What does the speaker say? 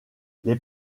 les